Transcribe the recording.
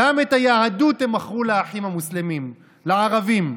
גם את היהדות הם מכרו לאחים המוסלמים, לערבים.